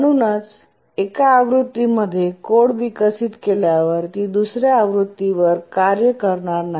म्हणूनच एका आवृत्तीमध्ये कोड विकसित केल्यावर ती दुसर्या आवृत्तीवर कार्य करणार नाही